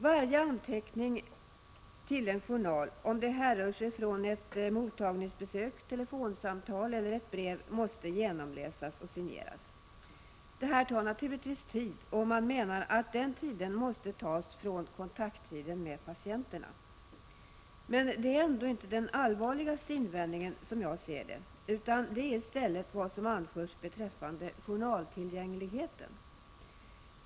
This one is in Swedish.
Varje anteckning till en journal, om den härrör sig från ett mottagningsbesök, telefonsamtal eller brev, måste genomläsas och signeras. Det tar naturligtvis tid. Man menar att den tiden måste tas från kontakttiden med patienterna. Men detta är ändå inte den allvarligaste invändningen, som jag ser saken. Det är i stället vad som anförs beträffande journaltillgängligheten.